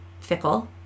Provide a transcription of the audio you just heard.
fickle